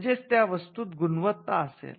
म्हणजेच त्या वस्तुत गुणवत्ता असेल